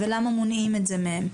למה מונעים את זה מהם?